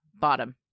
bottom